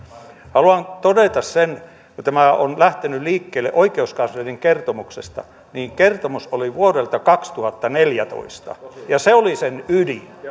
haluan todeta sen kun tämä on lähtenyt liikkeelle oikeuskanslerin kertomuksesta että kertomus oli vuodelta kaksituhattaneljätoista ja se oli sen ydin